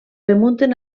remunten